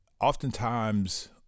oftentimes-